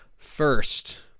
First